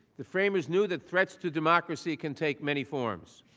the framers knew the threats to democracy could take many forms.